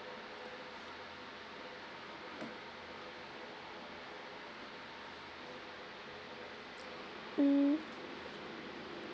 mm